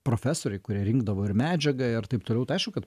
profesoriai kurie rinkdavo ir medžiagą ir taip toliau tai aišku kad